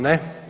Ne.